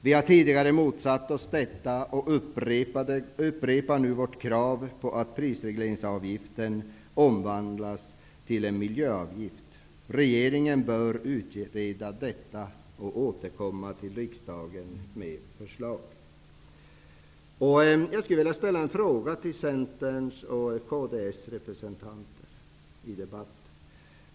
Vi har tidigare motsatt oss detta och upprepar nu vårt krav att prisregleringsavgiften omvandlas till en miljöavgift. Regeringen bör utreda detta och återkomma till riksdagen med förslag. Jag skulle vilja ställa ett par frågor till Centerns och kds representanter i debatten.